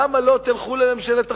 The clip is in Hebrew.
למה לא תלכו לממשלת אחדות?